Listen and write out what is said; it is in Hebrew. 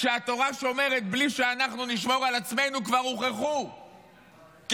שהתורה שומרת בלי שאנחנו נשמור על עצמנו כבר הוכחו כשקר.